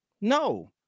no